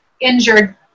injured